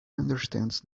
understands